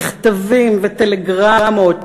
מכתבים וטלגרמות,